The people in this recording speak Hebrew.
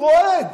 הוא רועד.